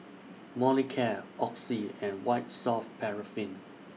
Molicare Oxy and White Soft Paraffin